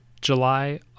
july